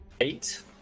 Eight